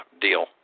deal